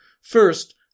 First